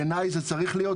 בעייני זה צריך להיות,